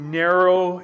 narrow